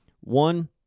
One